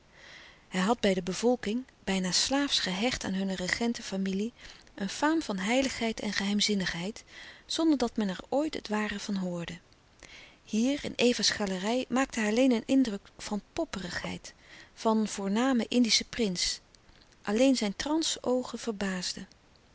hij had bij de bevolking bijna slaafsch gehecht aan hunne regentenfamilie een faam van heiligheid en geheimzinnigheid zonderdat men er ooit het ware van hoorde hier in eva's galerij maakte hij alleen een indruk van popperigheid van voornamen indischen prins alleen zijn transe oogen verbaasden